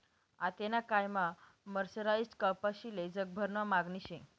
आतेना कायमा मर्सराईज्ड कपाशीले जगभरमा मागणी शे